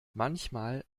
manchmal